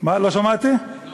תן לי אותם.